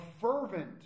fervent